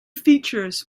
features